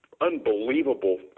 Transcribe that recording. unbelievable